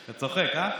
אתה צוחק, אה?